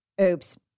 Oops